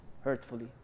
hurtfully